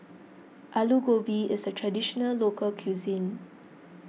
Alu Gobi is a Traditional Local Cuisine